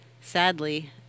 Sadly